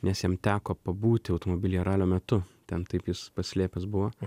nes jam teko pabūti automobilyje ralio metu ten taip jis pasislėpęs buvo